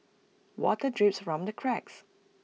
water drips from the cracks